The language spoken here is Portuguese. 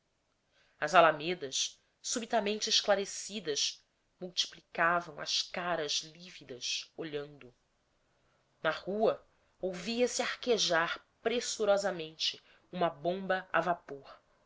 as alamedas subitamente esclarecidas multiplicavam as caras lívidas olhando na rua ouvia-se arquejar pressurosamente uma bomba a vapor